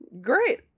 Great